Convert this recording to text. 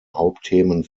hauptthemen